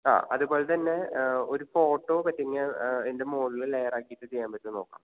ആ അതുപോലെ തന്നെ ഒരു ഫോട്ടോ പറ്റുമെങ്കിൽ അതിൻ്റെ മുകളിൽ ലേയർ ആക്കിയിട്ട് ചെയ്യാൻ പറ്റുമോ എന്ന് നോക്കണം